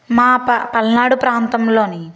మా ప పల్నాడు ప్రాంతంలోని